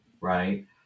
right